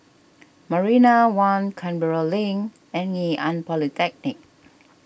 Marina one Canberra Link and Ngee Ann Polytechnic